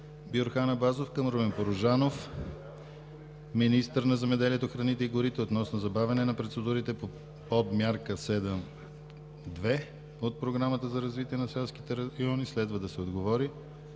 Бюрхан Абазов към Румен Порожанов – министър на земеделието, храните и горите, относно забавяне на процедурите по мярка 72 от Програмата за развитие на селските райони. Следва да се отговори